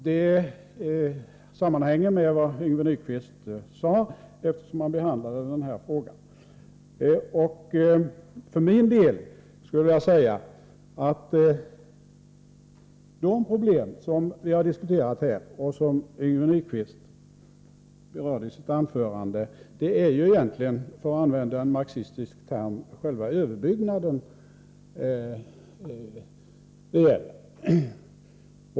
Fru talman! Det sammanhänger med vad Yngve Nyquist sade, eftersom han behandlade den här frågan. De problem vi har diskuterat och som Yngve Nyquist berörde i sitt anförande gäller egentligen — för att använda en marxistisk term — själva överbyggnaden.